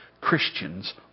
Christians